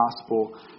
gospel